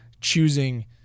choosing